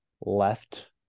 left